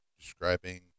describing